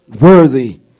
worthy